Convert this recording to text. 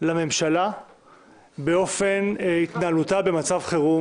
לממשלה במצב חירום.